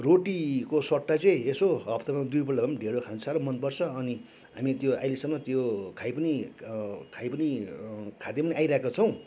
रोटीको सट्टा चाहिँ यसो हप्तामा दुईपल्ट भए पनि ढेँडो खान साह्रो मनपर्छ अनि हामी त्यो अहिलेसम्म त्यो खाई पनि खाई पनि खाँदै पनि नै आइरहेको छौँ